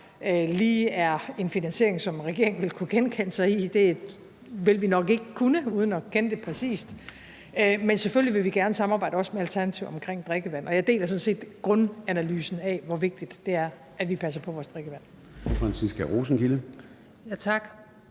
lige er en finansiering, som regeringen vil kunne genkende sig selv i. Det vil vi nok ikke kunne uden at kende det præcist. Men selvfølgelig vil vi gerne samarbejde, også med Alternativet, omkring drikkevand, og jeg deler sådan set grundanalysen af, hvor vigtigt det er, at vi passer på vores drikkevand.